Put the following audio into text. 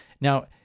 Now